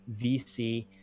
VC